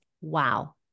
wow